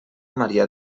maria